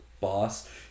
boss